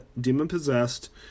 demon-possessed